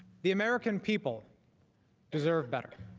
the american people deserve better.